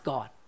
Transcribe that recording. God